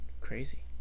crazy